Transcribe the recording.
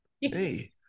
Hey